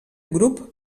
grup